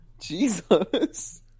jesus